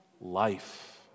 life